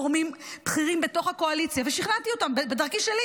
נפגשתי עם גורמים בכירים בתוך הקואליציה ושכנעתי אותם בדרכי שלי.